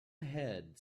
ahead